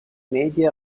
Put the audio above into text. medie